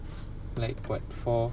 like what four